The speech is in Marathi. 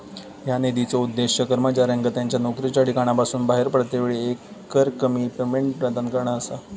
ह्या निधीचो उद्देश कर्मचाऱ्यांका त्यांच्या नोकरीच्या ठिकाणासून बाहेर पडतेवेळी एकरकमी पेमेंट प्रदान करणा असा